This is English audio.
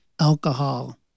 alcohol